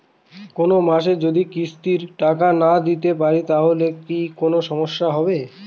কোনমাসে যদি কিস্তির টাকা না দিতে পারি তাহলে কি কোন সমস্যা হবে?